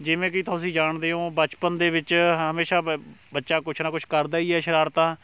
ਜਿਵੇਂ ਕਿ ਤੁਸੀਂ ਜਾਣਦੇ ਹੋ ਬਚਪਨ ਦੇ ਵਿੱਚ ਹਮੇਸ਼ਾ ਬ ਬੱਚਾ ਕੁਛ ਨਾ ਕੁਛ ਕਰਦਾ ਹੀ ਹੈ ਸ਼ਰਾਰਤਾਂ